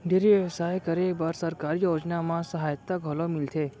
dairy बेवसाय करे बर सरकारी योजना म सहायता घलौ मिलथे